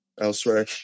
elsewhere